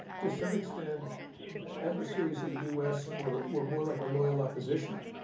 to some extent adversaries of the u s. were were more like a loyal opposition,